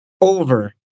over